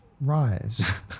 rise